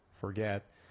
forget